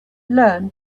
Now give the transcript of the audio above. learn